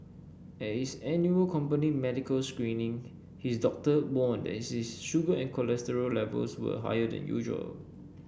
at his annual company medical screening his doctor warned that his sugar and cholesterol levels were higher than usual